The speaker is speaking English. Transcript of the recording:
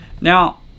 Now